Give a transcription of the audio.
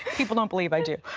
people don't believe i do.